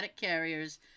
carriers